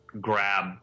grab